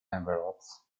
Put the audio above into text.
envelopes